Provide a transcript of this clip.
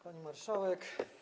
Pani Marszałek!